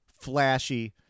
flashy